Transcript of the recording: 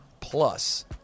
plus